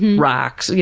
rocks, yeah